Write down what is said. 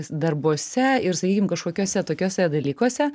darbuose ir sakykim kažkokiuose tokiuose dalykuose